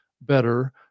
better